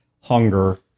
hunger